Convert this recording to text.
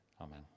Amen